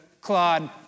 Claude